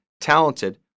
talented